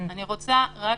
אני רוצה רק